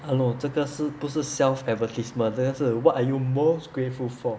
hello 这个不是 self advertised 这个是 what are you most grateful for